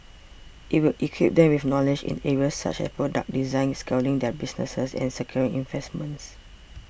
it will equip them with knowledge in areas such as product design scaling their businesses and securing investments